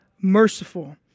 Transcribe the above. merciful